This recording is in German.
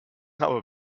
aber